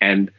and